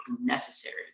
necessary